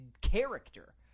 character